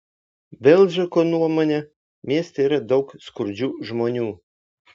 belžako nuomone mieste yra daug skurdžių žmonių